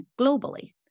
globally